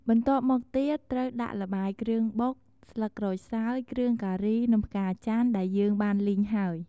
បន្ទាប់មកទៀត ត្រូវដាក់ល្បាយគ្រឿងបុក ស្លឹកក្រូចសើច គ្រឿងការីនឹងផ្កាចាន់ដែលយើងបានលីងហើយ។